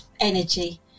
energy